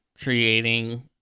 creating